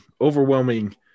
overwhelming